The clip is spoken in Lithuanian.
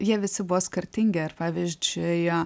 jie visi buvo skirtingi ir pavyzdžiui